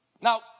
Now